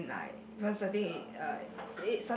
and like personally uh